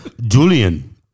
Julian